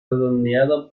redondeado